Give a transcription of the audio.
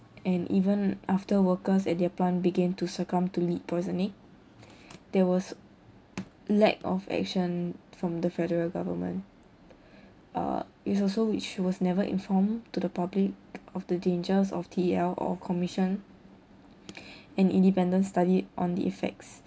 and even after workers at their plant began to succumb to lead poisoning there was lack of action from the federal government uh it's also which was never informed to the public of the dangers of T_E_L or commission an independent study on the effects